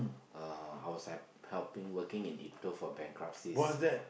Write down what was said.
uh I was like helping working in Ipto for bankruptcies